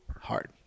hard